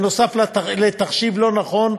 נוסף על תחשיב לא נכון,